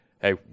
hey